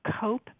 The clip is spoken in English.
cope